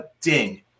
ding